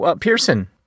Pearson